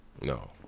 No